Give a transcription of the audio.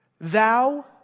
Thou